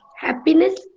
happiness